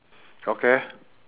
okay